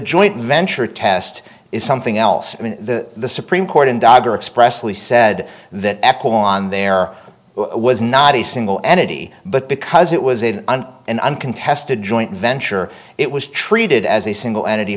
joint venture test is something else and the supreme court in dogger expressly said that echo on there was not a single entity but because it was in an uncontested joint venture it was treated as a single entity